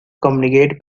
communicate